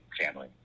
family